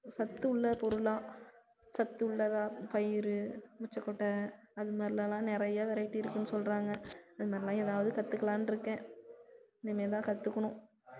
சத்து உள்ள பொருளாக சத்து உள்ளதாக பயிறு மொச்சை கொட்டை அதுமாதிரிலெல்லாம் நிறையா வெரைட்டி இருக்குதுன்னு சொல்கிறாங்க அதுமாதிரில்லாம் ஏதாவது கற்றுக்கலான்ருக்கேன் இனிமேல்தான் கற்றுக்கணும்